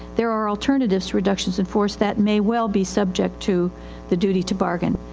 there are alternatives to reductions in force that may well be subject to the duty to bargain.